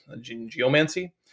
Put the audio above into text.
geomancy